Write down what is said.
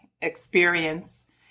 experience